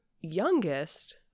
youngest